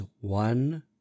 one